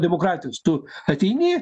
demokratijos tu ateini